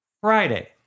Friday